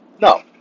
No